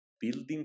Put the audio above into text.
building